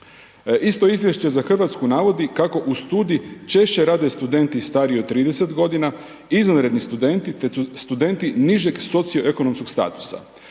Isto izvješće za RH navodi kako uz studij češće rade studenti stariji od 30.g., izvanredni studenti, te studenti nižeg socioekonomskog statusa.